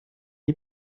die